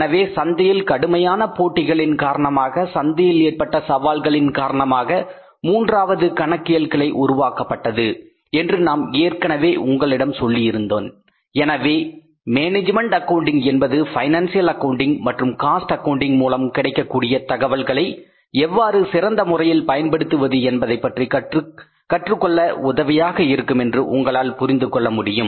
எனவே சந்தையில் கடுமையான போட்டிகளின் காரணமாக சந்தைகளில் ஏற்பட்ட சவால்களின் காரணமாக மூன்றாவது கணக்கியல் கிளை உருவாக்கப்பட்டது என்று நான் ஏற்கனவே உங்களிடம் சொல்லியிருந்தேன் எனவே மேனேஜ்மெண்ட் அக்கவுண்டிங் என்பது பைனான்சியல் அக்கவுண்டிங் மற்றும் காஸ்ட் அக்கவுன்டிங் மூலம் கிடைக்கக்கூடிய தகவல்களை எவ்வாறு சிறந்த முறையில் பயன்படுத்துவது என்பதைப்பற்றி கற்றுக்கொள்ள உதவியாக இருக்கும் என்று உங்களால் புரிந்து கொள்ள முடியும்